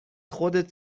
خودت